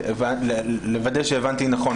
כדי לוודא שהבנתי נכון,